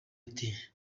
ati